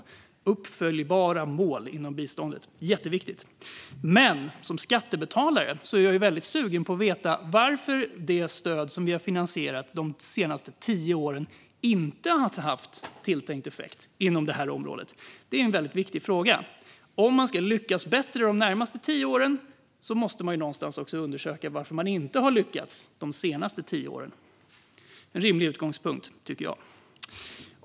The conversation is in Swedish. Det är jätteviktigt med uppföljbara mål inom biståndet. Som skattebetalare är jag dock väldigt sugen på att få veta varför det stöd som vi under de senaste tio åren har finansierat inte har haft tilltänkt effekt inom detta område. Detta är en väldigt viktig fråga. Om man ska lyckas bättre de närmaste tio åren måste man också undersöka varför man inte har lyckats de senaste tio åren. Jag tycker att det är en rimlig utgångspunkt.